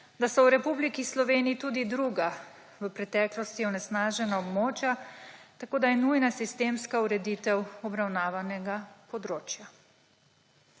da so v Republiki Sloveniji tudi druga, v preteklosti onesnažena območja, tako da je nujna sistemska ureditev obravnavanega področja.